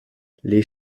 les